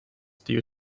due